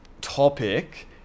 topic